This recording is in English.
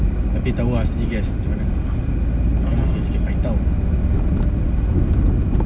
tapi tahu ah City Gas macam mana orang situ sikit-sikit paitao